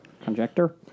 conjecture